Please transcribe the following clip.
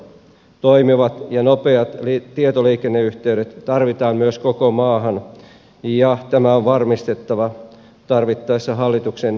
toimivat ja nopeat tietoliikenneyhteydet tarvitaan myös koko maahan ja tämä on varmistettava tarvittaessa hallituksen toimin